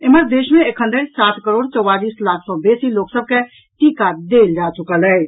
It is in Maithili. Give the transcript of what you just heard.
एम्हर देश मे एखन धरि सात करोड़ चौवालिस लाख सँ बेसी लोक सभ के टीका देल जा चुकल अछि